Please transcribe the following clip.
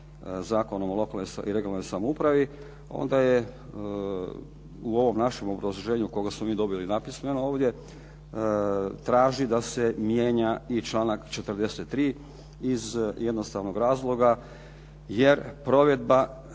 Zakonom o lokalnoj i regionalnoj samoupravi, onda je u ovom našem obrazloženju koga smo mi dobili napismeno ovdje, traži da se mijenja i članak 43. iz jednostavnog razloga, jer provedba,